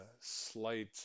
slight